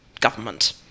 government